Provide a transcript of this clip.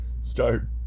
start